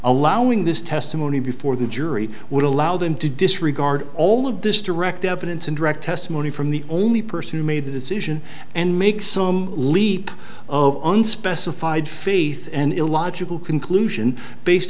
allowing this testimony before the jury would allow them to disregard all of this direct evidence and direct testimony from the only person who made the decision and make some leap of unspecified faith and illogical conclusion based